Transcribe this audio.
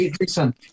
Listen